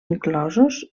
inclosos